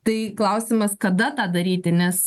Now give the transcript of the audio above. tai klausimas kada tą daryti nes